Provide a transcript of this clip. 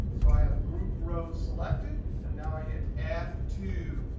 so i have grouped rows selected, and now i hit f two.